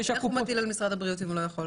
איך הוא מטיל על משרד הבריאות אם הוא לא יכול?